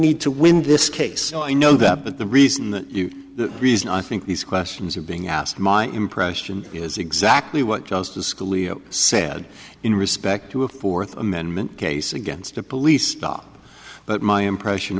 need to win this case i know that but the reason the reason i think these questions are being asked my impression is exactly what justice school leo said in respect to a fourth amendment case against a police stop but my impression